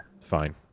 fine